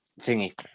thingy